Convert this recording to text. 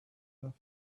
left